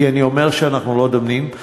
כי אני אומר שאנחנו לא דנים,